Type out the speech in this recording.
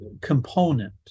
component